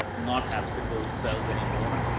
ah not have sickle cells anymore.